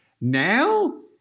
Now